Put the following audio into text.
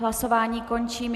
Hlasování končím.